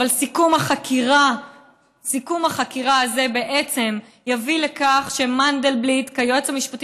אבל סיכום החקירה הזה בעצם יביא לכך שמנדלבליט כיועץ המשפטי